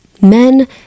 men